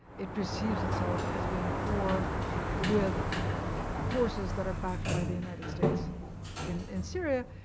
it perceives itself as being at war with forces that are backed by the united states in in syria.